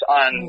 on